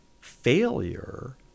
failure